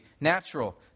natural